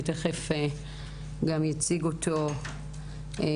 ותכף גם יציג אותו בצורה